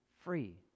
free